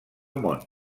món